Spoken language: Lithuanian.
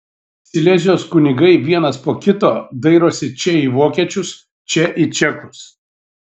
silezijos kunigai vienas po kito dairosi čia į vokiečius čia į čekus